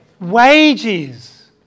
Wages